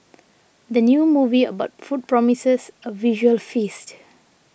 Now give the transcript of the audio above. the new movie about food promises a visual feast